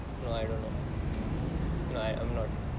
no I don't know no I'm not